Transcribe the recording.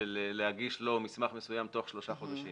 להגיש לו מסמך מסוים בתוך שלושה חודשים.